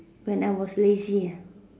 when I was lazy ah